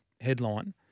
headline